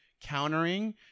countering